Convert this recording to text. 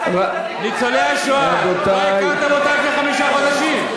ניצולי השואה, לא הכרתם אותם לפני חמישה חודשים?